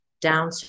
Down